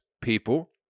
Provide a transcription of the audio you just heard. people